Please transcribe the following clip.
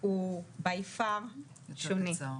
הוא שונה.